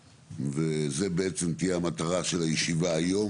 וזה בעצם תהיה המטרה של הישיבה היום.